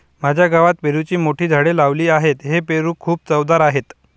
माझ्या गावात पेरूची मोठी झाडे लावली आहेत, हे पेरू खूप चवदार आहेत